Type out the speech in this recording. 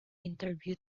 interview